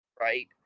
right